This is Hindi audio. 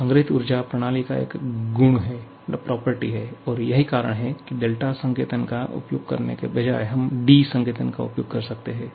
तो संग्रहीत ऊर्जा प्रणाली का एक गुण है और यही कारण है कि δ संकेतन का उपयोग करने के बजाय हम d संकेतन का उपयोग कर सकते हैं